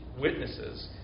witnesses